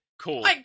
Cool